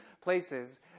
places